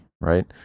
right